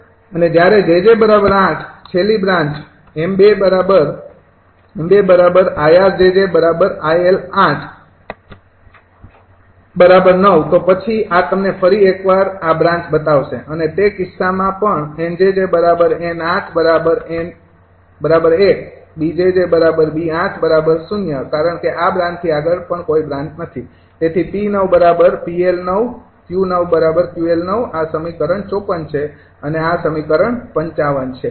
અને જ્યારે 𝑗𝑗૮ છેલ્લી બ્રાન્ચ 𝑚૨𝐼𝑅𝑗𝑗𝐼𝑅૮૯ તો પછી આ તમને ફરી એકવાર આ બ્રાન્ચ બતાવશે અને તે કિસ્સામાં પણ 𝑁𝑗𝑗𝑁૮૧ 𝐵𝑗𝑗𝐵૮0 કારણ કે આ બ્રાન્ચથી આગળ પણ કોઈ બ્રાન્ચ નથી તેથી 𝑃૯𝑃𝐿૯ અને 𝑄૯𝑄𝐿૯ આ સમીકરણ ૫૪ છે અને આ સમીકરણ ૫૫ છે